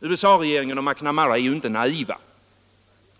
USA-regeringen och McNamara är ju inte naiva.